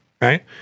right